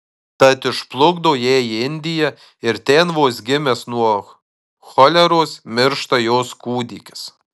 tad išplukdo ją į indiją ir ten vos gimęs nuo choleros miršta jos kūdikis